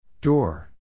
door